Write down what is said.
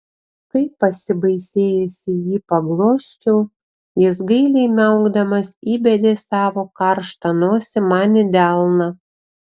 kai pasibaisėjusi jį paglosčiau jis gailiai miaukdamas įbedė savo karštą nosį man į delną